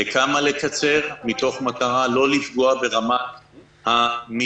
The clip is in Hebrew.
כמה לקצר, מתוך מטרה לא לפגוע ברמת המתמחים.